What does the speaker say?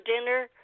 dinner